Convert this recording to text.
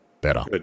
better